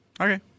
Okay